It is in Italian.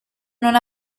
non